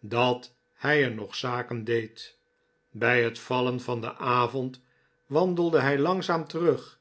dat hij er nog zaken deed bij het vallen van den avond wandelde hij langzaam terug